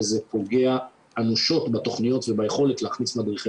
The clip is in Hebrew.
וזה פוגע אנושות בתוכניות וביכולת להכניס מדריכי